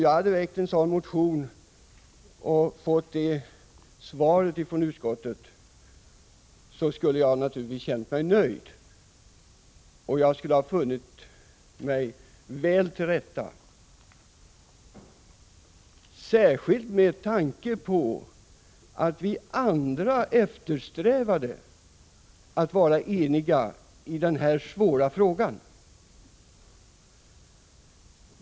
Hade jag väckt en motion och fått detta svar av utskottet, skulle jag naturligtvis ha känt mig nöjd. Jag skulle ha funnit mig väl till rätta, särskilt med tanke på att vi andra eftersträvade att vara eniga i denna svåra fråga.